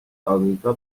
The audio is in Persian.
آمریکا